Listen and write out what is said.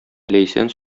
ләйсән